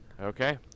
Okay